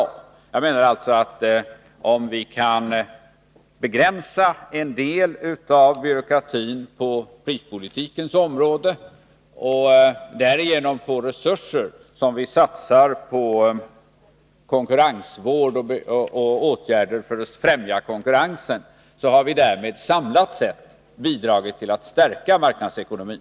Jag menar alltså, att om vi kan begränsa en del av byråkratin på prispolitikens område och därigenom få resurser som vi kan satsa på åtgärder för att främja konkurrensen, har vi därmed — samlat sett — bidragit till att stärka marknadsekonomin.